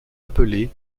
appelé